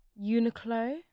Uniqlo